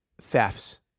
thefts